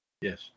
Yes